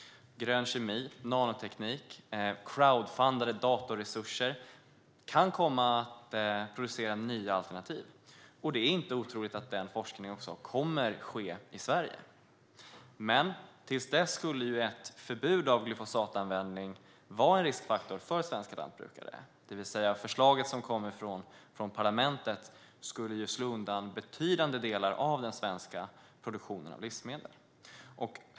Grön kemi, nanoteknik och crowdfundade datorresurser kan komma att producera nya alternativ. Det är inte otroligt att denna forskning också kommer att ske i Sverige. Men till dess skulle ett förbud mot glyfosatanvändning vara en riskfaktor för svenska lantbrukare. Det förslag som kommer från parlamentet skulle alltså slå undan betydande delar av den svenska produktionen av livsmedel.